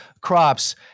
crops